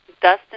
Dustin